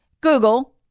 google